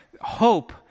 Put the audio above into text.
hope